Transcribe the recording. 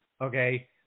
okay